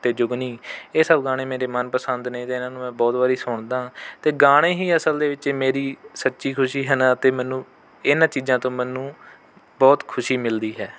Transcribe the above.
ਅਤੇ ਜੁਗਨੀ ਇਹ ਸਭ ਗਾਣੇ ਮੇਰੇ ਮਨਪਸੰਦ ਨੇ ਅਤੇ ਇਹਨਾਂ ਨੂੰ ਮੈਂ ਬਹੁਤ ਵਾਰੀ ਸੁਣਦਾਂ ਅਤੇ ਗਾਣੇ ਹੀ ਅਸਲ ਦੇ ਵਿੱਚ ਏ ਮੇਰੀ ਸੱਚੀ ਖੁਸ਼ੀ ਹਨ ਅਤੇ ਮੈਨੂੰ ਇਹਨਾਂ ਚੀਜ਼ਾਂ ਤੋਂ ਮੈਨੂੰ ਬਹੁਤ ਖੁਸ਼ੀ ਮਿਲਦੀ ਹੈ